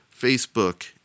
Facebook